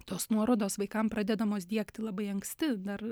tos nuorodos vaikam pradedamos diegti labai anksti dar